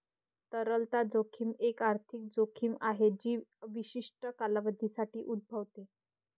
तरलता जोखीम एक आर्थिक जोखीम आहे जी विशिष्ट कालावधीसाठी उद्भवते